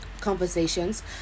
conversations